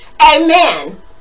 Amen